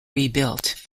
rebuilt